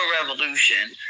revolution